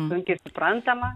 sunkiai suprantama